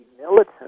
militant